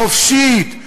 חופשית,